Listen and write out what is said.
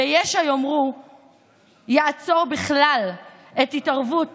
ויש שיאמרו שיעצור בכלל את ההתערבות